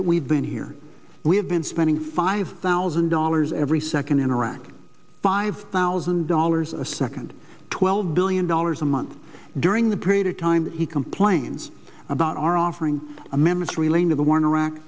that we've been here we have been spending five thousand dollars every second in iraq five thousand dollars a second twelve billion dollars a month during the period of time he complains about our offering amendments relating to the war in iraq